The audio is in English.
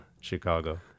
Chicago